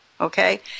okay